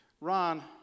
Ron